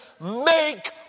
Make